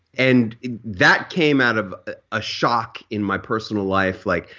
and that came out of a shock in my personal life, like,